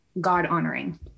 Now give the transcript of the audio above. God-honoring